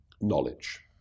knowledge